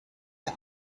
the